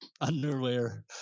underwear